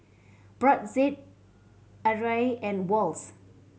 Brotzeit Arai and Wall's